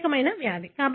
ప్రత్యేక వ్యాధి